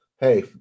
hey